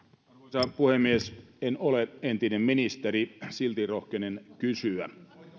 puhemies en ole entinen ministeri silti rohkenen kysyä